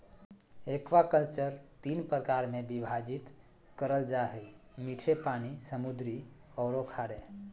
aquaculture तीन प्रकार में विभाजित करल जा हइ मीठे पानी, समुद्री औरो खारे